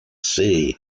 sea